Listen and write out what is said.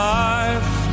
life